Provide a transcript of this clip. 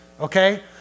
Okay